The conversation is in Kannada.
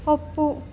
ಒಪ್ಪು